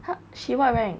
他 she what rank